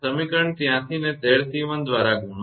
સમીકરણ 83 ને 𝑍𝑐1 દ્વારા ગુણો